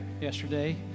yesterday